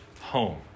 home